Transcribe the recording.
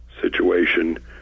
situation